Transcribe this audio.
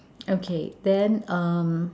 okay then uh